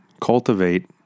cultivate